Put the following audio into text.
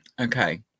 okay